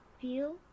feel